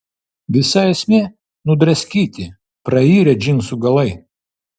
visa esmė nudraskyti prairę džinsų galai